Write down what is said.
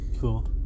cool